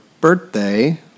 birthday